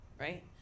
right